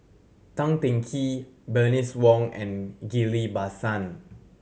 Tan Teng Kee Bernice Wong and Ghillie Basan